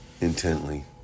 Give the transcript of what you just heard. intently